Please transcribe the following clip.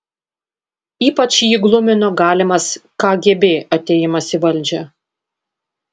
ypač jį glumino galimas kgb atėjimas į valdžią